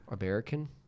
American